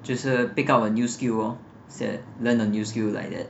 就是 pick up a new skill lor 就是 learn a new skill like that